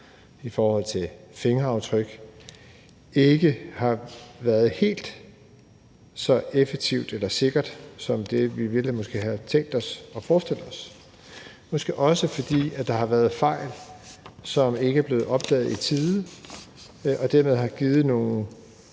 og fingeraftryk, ikke har været helt så effektivt eller sikkert som det, vi måske i virkeligheden havde tænkt os og forestillet os. Måske også, fordi der har været fejl, som ikke er blevet opdaget i tide, og som dermed har givet nogle